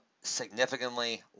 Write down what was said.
significantly